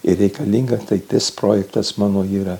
ir reikalinga taip tas projektas mano yra